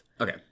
okay